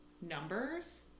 numbers